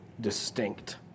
distinct